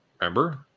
Remember